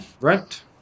Right